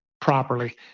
properly